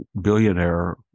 billionaire